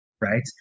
right